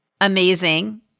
amazing